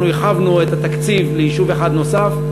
הרחבנו את התקציב ליישוב אחד נוסף,